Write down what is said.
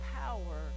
power